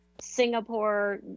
singapore